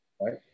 Right